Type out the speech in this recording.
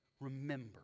remember